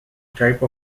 type